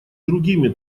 другими